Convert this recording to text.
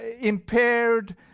impaired